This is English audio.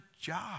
job